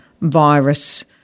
virus